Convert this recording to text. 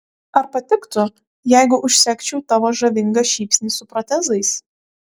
ar patiktų jeigu užsegčiau tavo žavingą šypsnį su protezais